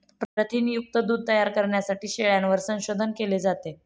प्रथिनयुक्त दूध तयार करण्यासाठी शेळ्यांवर संशोधन केले जाते